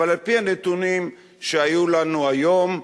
אבל על-פי הנתונים שהיו לנו היום,